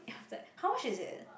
then after that how much is it